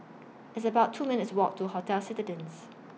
It's about two minutes' Walk to Hotel Citadines